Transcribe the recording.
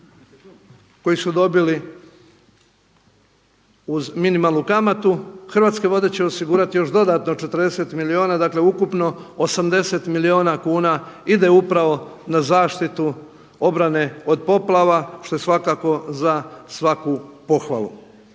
koji su dobili uz minimalnu kamatu Hrvatske vode će osigurati još dodatno 40 milijuna, dakle ukupno 80 milijuna kuna ide upravo na zaštitu obrane od poplava što je svakako za svaku pohvalu.